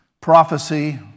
prophecy